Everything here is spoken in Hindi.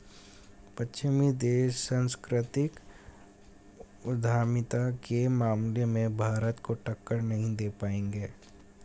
पश्चिमी देश सांस्कृतिक उद्यमिता के मामले में भारत को टक्कर नहीं दे पाएंगे